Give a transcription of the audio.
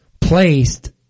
placed